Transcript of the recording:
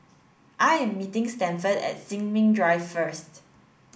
I am meeting Stafford at Sin Ming Drive first